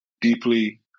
deeply